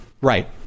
Right